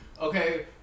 okay